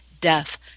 death